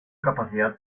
capacidad